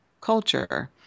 culture